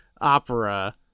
opera